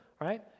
Right